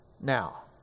Now